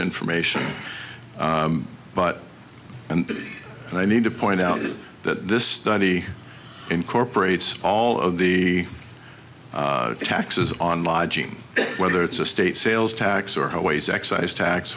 information but and and i need to point out that this study incorporates all of the taxes on lodging whether it's a state sales tax or highways excise tax